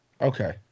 Okay